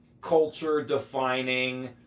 culture-defining